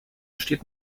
steht